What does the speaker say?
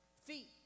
feet